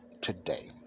today